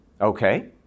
Okay